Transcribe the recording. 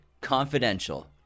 Confidential